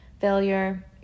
failure